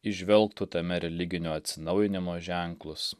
įžvelgtų tame religinio atsinaujinimo ženklus